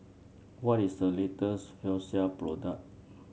what is the latest Floxia product